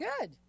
Good